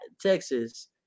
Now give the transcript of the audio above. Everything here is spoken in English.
Texas